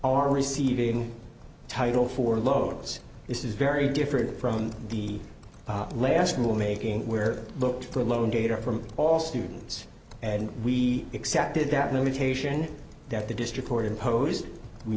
are receiving title for loads this is very different from the last move making where they looked for a loan data from all students and we accepted that limitation that the district court imposed we